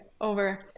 over